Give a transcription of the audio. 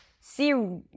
see